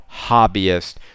hobbyist